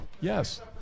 yes